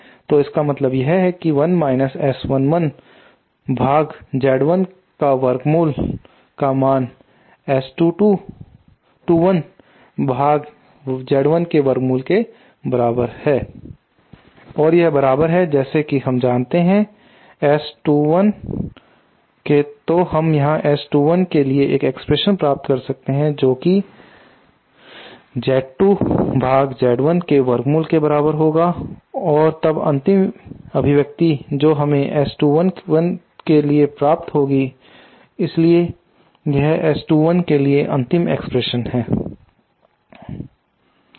तो इसका मतलब यह है कि 1 माइनस S11 पर Z1 के वर्गमूल का मान S21 के बराबर है और यह बराबर है जैसा कि हम जानते हैं S21 के तो हम यहां से S21 के लिए एक एक्सप्रेशन प्राप्त कर सकते हैं जोकि Z2 पर Z1 के वर्गमूल के बराबर होगा और तब अंतिम व्यक्ति जो हमें S21 के लिए प्राप्त होगी वह बराबर है इसलिए यह S21 के लिए अंतिम एक्सप्रेशन है